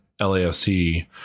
LAFC